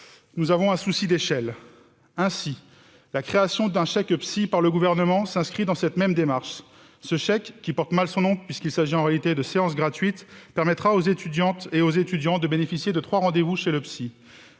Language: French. nous avons un souci d'échelle. Ainsi, la création d'un « chèque psy » s'inscrit dans cette même démarche. Ce chèque, qui porte mal son nom puisqu'il s'agit en réalité de séances gratuites, permettra aux étudiants de bénéficier de trois rendez-vous chez un